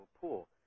pool